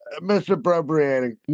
misappropriating